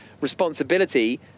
responsibility